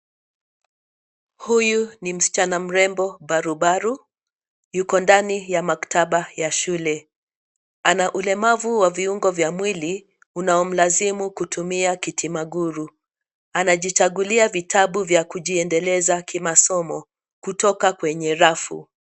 Huyu ni msichana mrembo barubaru, yuko ndani ya maktaba ya shule. Ana ulemavu wa viungo vya mwili unaomlazimu kutumia kitimaguru. Anajichagulia vitabu vya kujiendeleza kimasomo kutoka kwenye rafu.